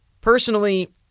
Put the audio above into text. Personally